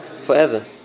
forever